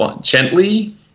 gently